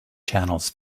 channels